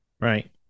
right